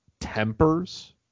tempers